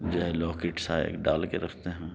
جو ہے لاکٹ سا ایک ڈال کے رکھتے ہیں